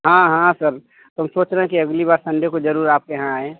हाँ हाँ सर तो हम सोच रहे हैं कि अगली बार संडे को ज़रूर आपके यहाँ आएँ